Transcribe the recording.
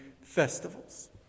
festivals